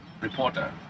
Reporter